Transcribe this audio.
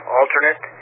alternate